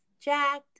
jack